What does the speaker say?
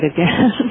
again